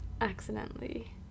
Accidentally